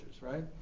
right